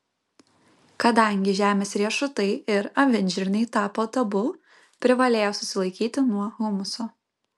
kadangi žemės riešutai ir avinžirniai tapo tabu privalėjo susilaikyti nuo humuso